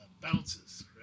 Bounces